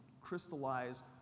crystallize